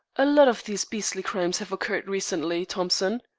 a lot of these beastly crimes have occurred recently, thompson.